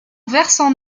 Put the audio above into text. versant